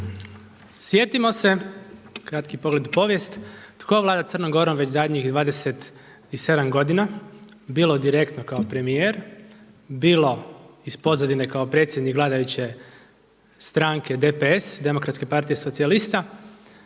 sjetimo se, kratki pogled u povijest, tko vlada Crnom Gorom već zadnjih 27 godina, bilo direktno kao premijer, bilo iz pozadine kao predsjednik vladajuće stranke DPS, Demokratske partije socijalista,